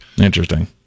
Interesting